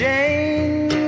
Jane